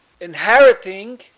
inheriting